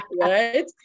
Right